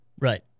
Right